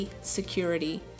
security